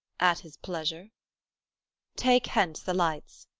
at his pleasure take hence the lights